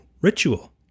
ritual